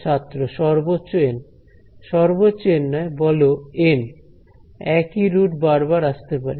ছাত্র সর্বোচ্চ এন সর্বোচ্চ এন নয় বল এন একই রুট বারবার আসতে পারে